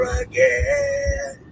again